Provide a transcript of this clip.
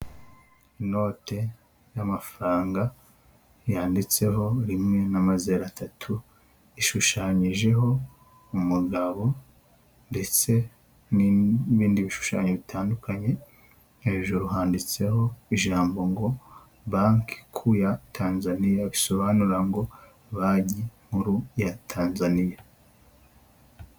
Inote y'amafaranga yanditseho rimwe n'amazeru atatu, ishushanyijeho umugabo ndetse n'ibindi bishushanyo bitandukanye, hejuru handitsweho ijambo ngo: " banki ku ya Tanzaniya" bisobanura ngo banki nkuru ya Tanzaniya.